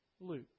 Luke